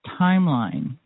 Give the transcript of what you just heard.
timeline